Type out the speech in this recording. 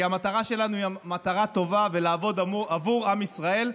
המטרה שלנו היא מטרה טובה: לעבוד עבור עם ישראל.